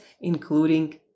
including